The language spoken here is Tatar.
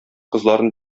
кызларын